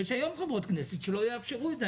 שלא יאפשרו את זה.